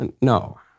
no